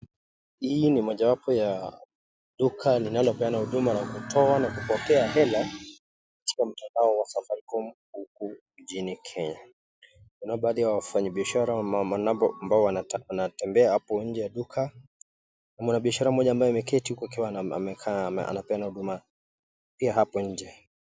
Hii ni mojawapo ya duka linalopeana huduma ya kutoa na kupokea hela katika mtandao wa safaricom huku nchini kenya, tunaona baadhi ya wafanyibiashara wanaotembea hapo nje ya duka, kuna mwanabiashara mmmoja ambaye ameketi huku akiwa amekaa anapeana huduma pia hapo nje.